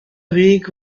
weak